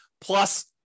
Plus